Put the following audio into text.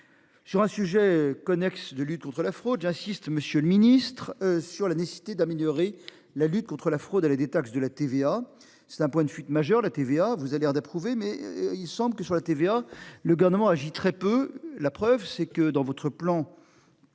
Sur un sujet connexe de lutte contre la fraude, j'insiste, Monsieur le Ministre, sur la nécessité d'améliorer la lutte contre la fraude à la détaxe de la TVA. C'est un point de fuite majeure, la TVA vous allez d'approuver mais il semble que sur la TVA, le gouvernement agit très peu. La preuve, c'est que dans votre plan.